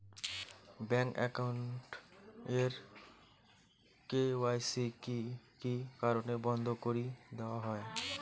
Bank account এর KYC কি কি কারণে বন্ধ করি দেওয়া হয়?